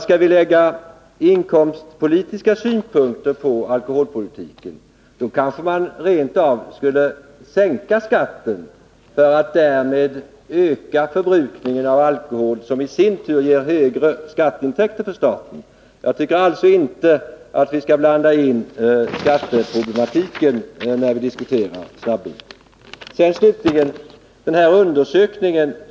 Skall vi lägga inkomstpolitiska synpunkter på alkoholpolitiken, då kanske vi rent av skulle sänka skatten för att därmed öka förbrukningen av alkohol, vilket i sin tur ger högre skatteintäkter för staten. Jag tycker alltså inte att vi skall blanda in skatteproblematiken i diskussionen om snabbvinsatserna.